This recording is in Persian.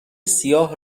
سیاه